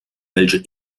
welche